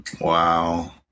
Wow